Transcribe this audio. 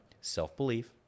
self-belief